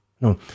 No